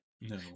No